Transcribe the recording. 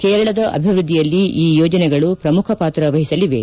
ಕೇರಳದ ಅಭಿವೃದ್ದಿಯಲ್ಲಿ ಈ ಯೋಜನೆಗಳು ಪ್ರಮುಖ ಪಾತ್ರ ವಹಿಸಲಿವೆ